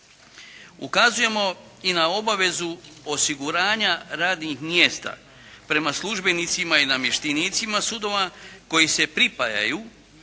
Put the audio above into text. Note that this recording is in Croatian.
Ukazujemo i na obavezu osiguranja radnih mjesta prema službenicima i namještenicima sudova koji se pripajaju,